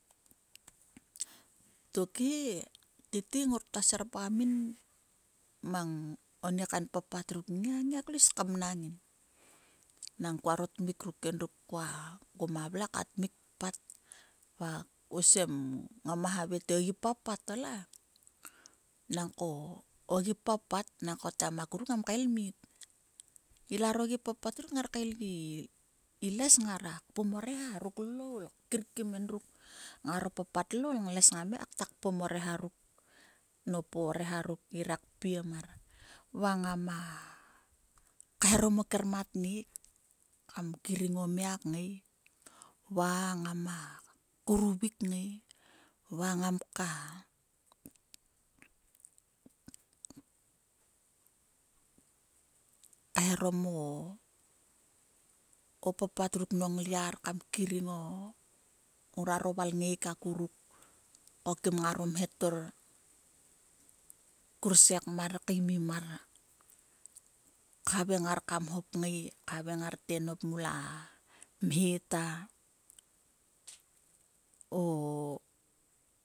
Tokhe tete ngur ktua serpgam min mang oni kain papat ruk nngia kluis kam mnang ngin. Nnag kuaro tmik ruk kua kuma vle ka tmik kpat va osem ngama vnavai te o gi papat ola. Nangko o gi papat nangko o taim a kunuk ngam kael mit. Ilaro gi papat ruk ngar kael i les ngara kpom o reha ruk loul ngara kir kim endruk ngaro papat loul ngles ngar le ka kpom o reha ruk ngirle kakpiem man va ngama kaeharom o kermatnek. o kermatnek. kam kiring o mia kngai va ngama kouruvik kngai va ngamuk kaeharom o papat ruk nong la yar kamkiring nguaro valngek a kuruit ko kim ngaro mhetor kursekmar kaimim mar khaveing ngar kam hop kngai khavaing ngate nop mula mhe ta o